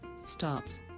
stopped